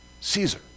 Caesar